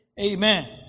Amen